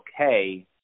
okay